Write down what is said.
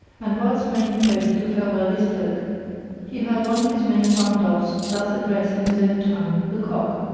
and whilst making ready to farewell his folk he heard one of his many farm dogs thus address in his own tongue the cock,